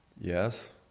Yes